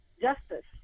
justice